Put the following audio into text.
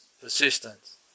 persistence